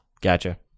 Gotcha